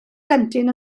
plentyn